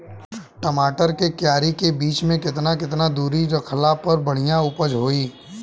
टमाटर के क्यारी के बीच मे केतना केतना दूरी रखला पर बढ़िया उपज होई?